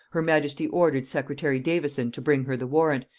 her majesty ordered secretary davison to bring her the warrant,